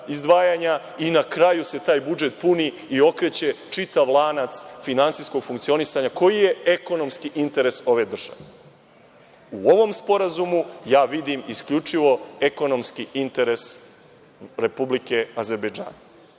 i, na kraju, se taj budžet puni i okreće čitav lanac finansijskog funkcionisanja, koji je ekonomski interes ove države.U ovom sporazumu ja vidim isključivo ekonomski interes Republike Azerbejdžan.